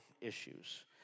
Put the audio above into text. issues